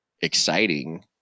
exciting